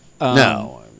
No